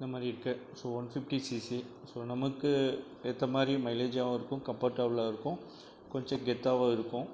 இந்தமாதிரி இருக்கு so one fifty CC so நமக்கு ஏத்தமாதிரி மைலேஜாகவும் இருக்கும் கம்ஃபடபுளாக இருக்கும் கொஞ்சம் கெத்தாகவும் இருக்கும்